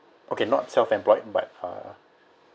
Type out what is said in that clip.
okay not self employed but uh